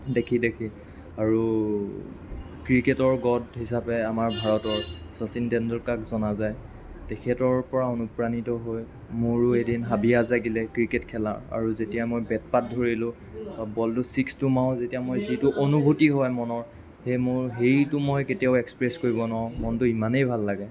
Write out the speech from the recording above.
দেখি দেখি আৰু ক্ৰিকেটৰ গড হিচাপে আমাৰ ভাৰতৰ শচীন টেণ্ডুলকাৰক জনা যায় তেখেতৰ পৰা অনুপ্ৰাণিত হৈ মোৰো এদিন হাবিয়াস জাগিলে ক্ৰিকেট খেলা আৰু যেতিয়া মই বেটপাত ধৰিলোঁ বলটো ছিক্সটো মাৰোঁ মই যিটো অনুভূতি হয় মনৰ সেই মোৰ সেইটো মই কেতিয়াও এক্সপ্ৰেছ কৰিব নোৱাৰোঁ মনটো ইমানেই ভাল লাগে